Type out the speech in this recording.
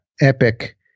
epic